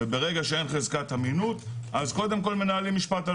ברגע שאין חזקת אמינות אז קודם מנהלים משפט,